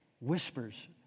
Whispers